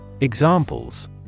Examples